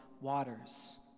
waters